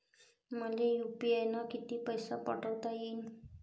मले यू.पी.आय न किती पैसा पाठवता येईन?